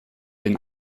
den